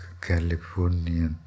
California